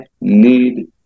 need